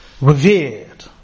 revered